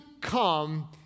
come